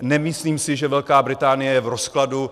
Nemyslím si, že Velká Británie je v rozkladu.